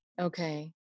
Okay